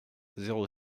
zéro